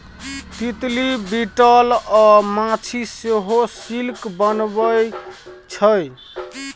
तितली, बिटल अ माछी सेहो सिल्क बनबै छै